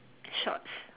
shorts